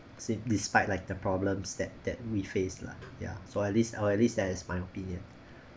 see despite like the problems that that we face lah ya so at least or at least that's my opinion